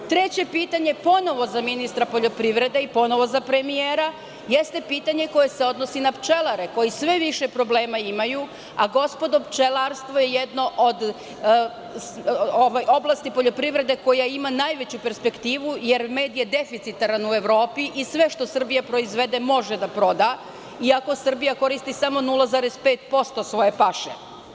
Treće pitanje, ponovo za ministra poljoprivrede i ponovo za premijera, jeste pitanje koje se odnosi na pčelare koji sve više problema imaju, a gospodo pčelarstvo je jedno od oblasti poljoprivrede koja ima najveću perspektivu jer med je deficitaran u Evropi i sve što Srbija proizvede može da proda, iako Srbija koristi samo 0,5% svoje paše.